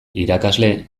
irakasle